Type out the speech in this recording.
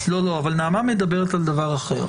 נעמה מדברת על דבר אחר.